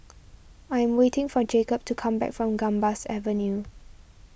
I'm waiting for Jacob to come back from Gambas Avenue